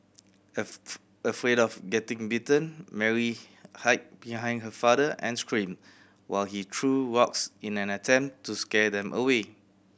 afraid of getting bitten Mary hid behind her father and screamed while he threw rocks in an attempt to scare them away